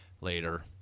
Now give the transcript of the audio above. later